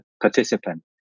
participant